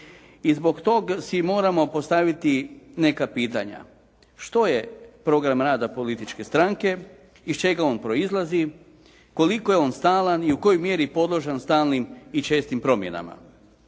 I zbog tog si moramo postaviti neka pitanja. Što je program rada političke stranke? Iz čega on proizlazi? Koliko je on stalan i u kojoj mjeri podložan stalnim i čestim promjenama?